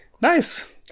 Nice